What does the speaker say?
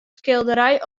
skilderij